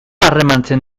harremantzen